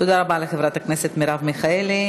תודה רבה לחברת הכנסת מרב מיכאלי.